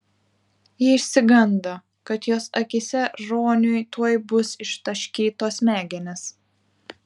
ji išsigando kad jos akyse roniui tuoj bus ištaškytos smegenys